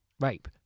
rape